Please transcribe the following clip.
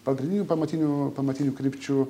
pagrindinių pamatinių pamatinių krypčių